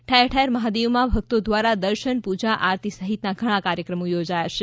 ઠેર ઠેર મહાદેવમાં ભક્તો દ્વારા દર્શન પૂજા આરતી સહિતના ઘણા કાર્યક્રમો યોજાયા છે